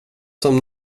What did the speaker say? som